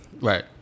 Right